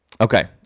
Okay